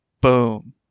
boom